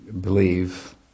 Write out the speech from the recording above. believe